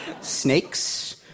snakes